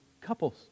couples